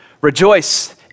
rejoice